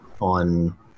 on